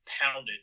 pounded